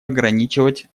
ограничивать